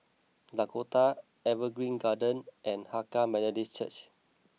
Dakota Evergreen Gardens and Hakka Methodist Church